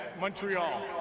Montreal